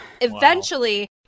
Eventually-